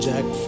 Jack